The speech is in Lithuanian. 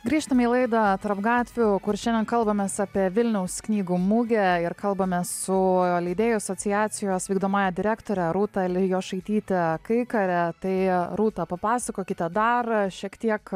grįžtam į laidą tarp gatvių kur šiandien kalbamės apie vilniaus knygų mugę ir kalbamės su leidėjų asociacijos vykdomąja direktore rūta elijošaityte kaikare tai rūta papasakokite dar šiek tiek